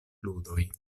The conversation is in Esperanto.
ludoj